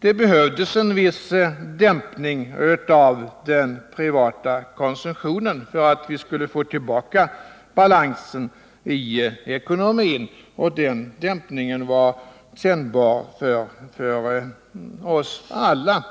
det behövdes en viss dämpning av den privata konsumtionen för att vi skulle få tillbaka balansen i ekonomin, och den dämpningen skulle bli kännbar för oss alla.